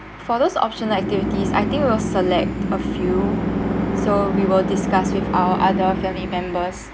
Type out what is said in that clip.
for those optional activities I think we'll select a few so we will discuss with our other family members